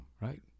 Right